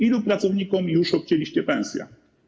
Ilu pracownikom już obcięliście pensje?